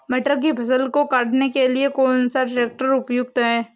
मटर की फसल को काटने के लिए कौन सा ट्रैक्टर उपयुक्त है?